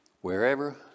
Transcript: wherever